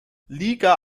liga